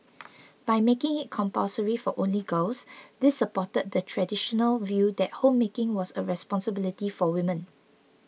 by making it compulsory for only girls this supported the traditional view that homemaking was a responsibility for women